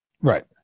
Right